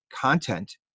content